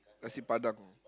nasi padang